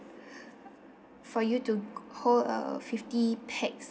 for you to hold a fifty pax